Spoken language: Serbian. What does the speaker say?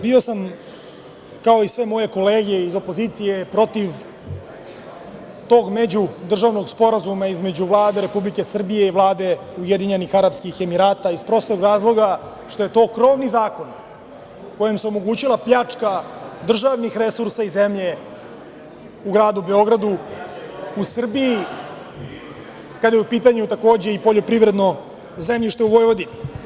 Bio sam, kao i sve moje kolege iz opozicije, protiv tog međudržavnog sporazuma između Vlade Republike Srbije i Vlade UAE, iz prostog razloga što je to krovni zakon kojim se omogućava pljačka državnih resursa i zemlje u gradu Beogradu, u Srbiji, kada je u pitanju takođe i poljoprivredno zemljište u Vojvodini.